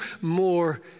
more